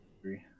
three